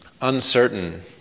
Uncertain